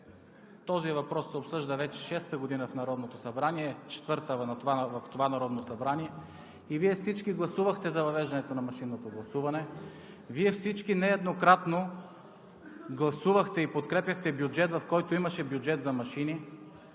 този въпрос се обсъжда вече шеста година в Народното събрание, четвърта в това Народно събрание, и Вие всички гласувахте за въвеждането на машинното гласуване, Вие всички нееднократно гласувахте и подкрепяхте бюджет, в който имаше бюджет за машини,